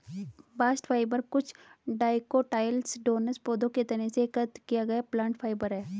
bast fibre कुछ dicotyledonous पौधों के तने से एकत्र किया गया प्लांट फाइबर है